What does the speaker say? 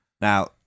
Now